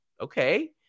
Okay